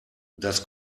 das